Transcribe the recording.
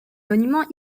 monuments